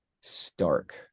stark